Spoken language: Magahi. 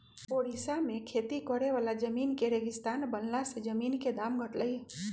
ओड़िशा में खेती करे वाला जमीन के रेगिस्तान बनला से जमीन के दाम घटलई ह